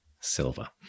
Silver